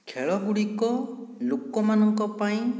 ଖେଳ ଗୁଡ଼ିକ ଲୋକମାନଙ୍କ ପାଇଁ